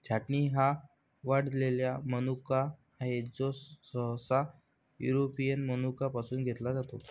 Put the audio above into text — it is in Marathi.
छाटणी हा वाळलेला मनुका आहे, जो सहसा युरोपियन मनुका पासून घेतला जातो